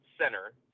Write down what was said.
center